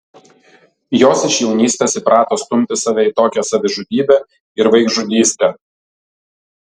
jos iš jaunystės įprato stumti save į tokią savižudybę ir vaikžudystę